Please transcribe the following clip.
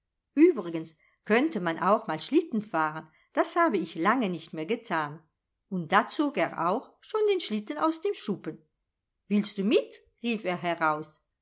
übrigens könnte man auch mal schlitten fahren das habe ich lange nicht mehr getan und da zog er auch schon den schlitten aus dem schuppen willst du mit rief er heraus